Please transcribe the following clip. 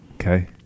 Okay